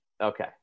Okay